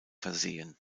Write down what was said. versehen